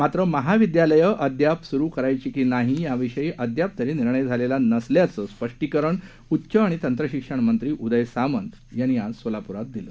मात्र महाविद्यालये अद्याप सुरु करायची की नाही या विषयी अद्याप तरी निर्णय झालेला नसल्याचं स्पष्टीकरणही उच्च व तंत्र शिक्षण मंत्री उदय सामंत यांनी सोलापुरात दिलं